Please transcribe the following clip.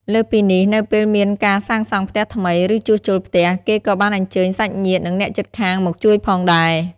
លើសពីនេះ នៅពេលមានការសាងសង់ផ្ទះថ្មី ឬជួសជុលផ្ទះ គេក៏បានអញ្ជើញសាច់ញាតិ និងអ្នកជិតខាងមកជួយផងដែរ។